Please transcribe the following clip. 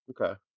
okay